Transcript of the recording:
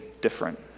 different